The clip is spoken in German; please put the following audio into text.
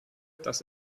dass